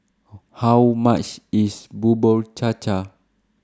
How much IS Bubur Cha Cha